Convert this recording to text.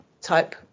type